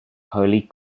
holy